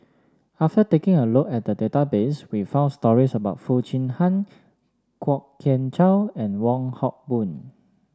after taking a look at the database we found stories about Foo Chee Han Kwok Kian Chow and Wong Hock Boon